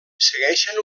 segueixen